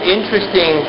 interesting